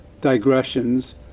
digressions